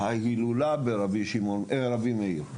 ההילולה של רבי מאיר.